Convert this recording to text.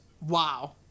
wow